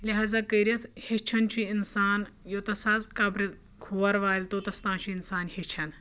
لحاظہ کٔرِتھ ہیٚچھَان چھُ اِنسان یوٚتَس حظ قبرِ کھۄر والہِ توٚتَس تانۍ چھُ اِنسان ہیٚچھَان